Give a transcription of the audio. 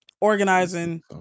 organizing